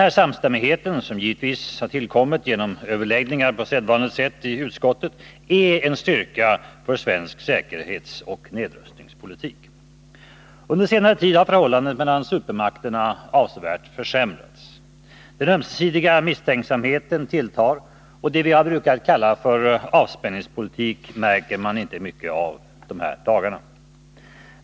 Denna samstämmighet, som givetvis har tillkommit genom överläggningar på sedvanligt sätt i utskottet, är en styrka för svensk säkerhetsoch nedrustningspolitik. Under senare tid har förhållandet mellan supermakterna avsevärt försämrats. Den ömsesidiga misstänksamheten tilltar, och det vi har brukat kalla avspänningspolitik märker man inte mycket av dessa dagar.